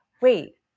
wait